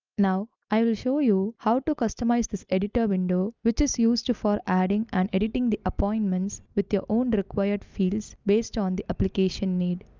now i will show you how to customize this editor window, which is used to for adding and editing the appointments with your own required fields based on the application need.